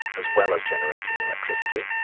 as well as generating electricity.